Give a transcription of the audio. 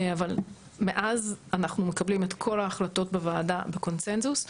אבל מאז אנחנו מקבלים את כל ההחלטות בוועדה בקונצנזוס.